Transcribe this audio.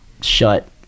shut